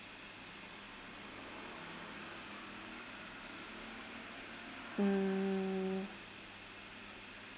mm